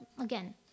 again